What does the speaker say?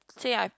say I